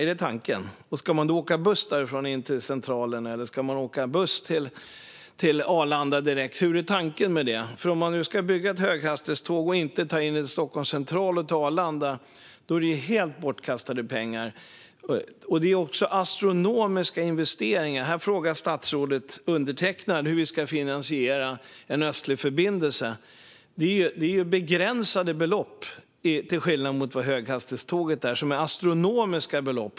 Är då tanken att man ska åka buss därifrån in till Centralen eller till Arlanda? Hur är tanken? Att bygga en höghastighetsbana som inte går ända in till Stockholm central och till Arlanda är helt bortkastade pengar. Det är också astronomiska investeringar. Statsrådet frågar undertecknad hur man ska finansiera en östlig förbindelse. Det handlar om begränsade belopp, till skillnad från höghastighetsbanan, som handlar om astronomiska belopp.